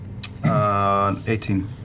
18